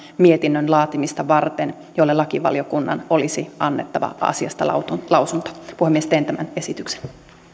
mietinnön laatimista varten sosiaali ja terveysvaliokuntaan jolle lakivaliokunnan olisi annettava asiasta lausunto lausunto puhemies teen tämän esityksen